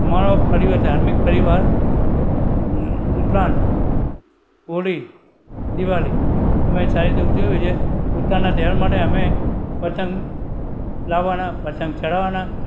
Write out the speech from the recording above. અમારો પરિવાર ધાર્મિક પરિવાર ઉત્તરાયણ હોળી દિવાળી અમે સારી રીતે ઉજવીએ છીએ ઉત્તરાયણના તહેવાર માટે અમે પતંગ લાવવાના પતંગ ચડાવવાના